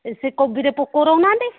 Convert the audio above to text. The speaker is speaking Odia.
ଏ ସେ କୋବିରେ ପୋକ ରହୁନାହାନ୍ତି